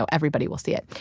so everybody will see it.